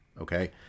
Okay